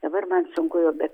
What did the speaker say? dabar man sunku jau be